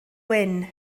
wyn